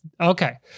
okay